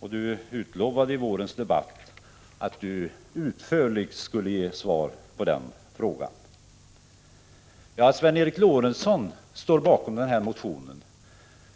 Ni lovade i vårens debatt ett utförligt svar på den frågan. Sven Eric Lorentzon står bakom motionen.